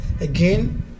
again